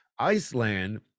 Iceland